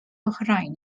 oħrajn